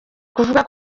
kuvuga